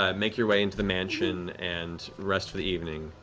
um make your way into the mansion, and rest for the evening.